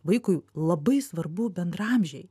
vaikui labai svarbu bendraamžiai